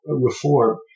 reform